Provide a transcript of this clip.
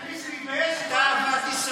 אתה יכול אולי להפסיק להתבייש,